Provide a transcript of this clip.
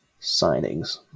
signings